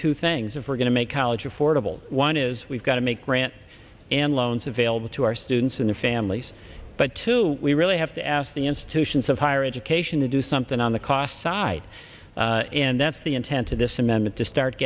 two things if we're going to make college affordable one is we've got to make grants and loans available to our students and families but two we really have to ask the institutions of higher education to do something on the cost side and that's the intent of this amendment to start